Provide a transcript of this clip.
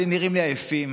אתם נראים לי עייפים.